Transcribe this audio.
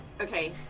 Okay